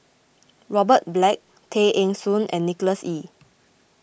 Robert Black Tay Eng Soon and Nicholas Ee